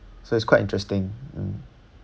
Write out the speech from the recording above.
so it's quite interesting mm